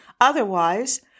Otherwise